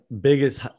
biggest